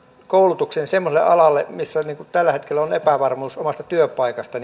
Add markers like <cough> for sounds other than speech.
koulutukseen semmoiselle alalle missä tällä hetkellä on epävarmuus omasta työpaikasta <unintelligible>